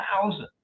thousands